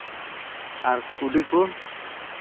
ᱟᱨ ᱠᱩᱰᱤ ᱠᱚ